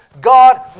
God